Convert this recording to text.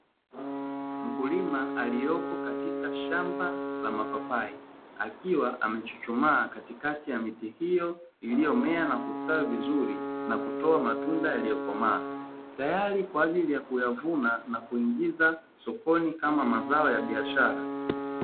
Mkulima aliyepo katika shamba la mapapai, akiwa amechuchumaa katikati ya miti hiyo iliyomea na kustawi vizuri na kutoa matunda yaliyokomaa, tayari kwa ajili ya kuyavuna na kuingiza sokoni kama mazao ya biashara.